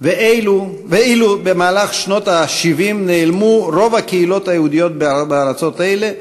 ואילו במהלך שנות ה-70 נעלמו רוב הקהילות היהודיות בארצות אלה,